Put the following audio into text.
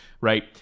right